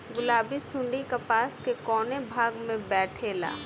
गुलाबी सुंडी कपास के कौने भाग में बैठे ला?